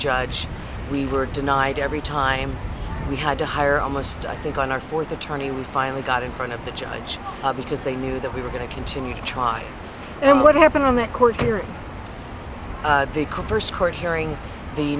judge we were denied every time we had to hire almost i think on our fourth attorney we finally got in front of the judge because they knew that we were going to continue to try and what happened on that court hearing they called first court hearing the